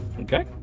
Okay